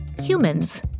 Humans